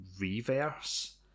Reverse